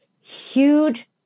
Huge